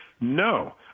No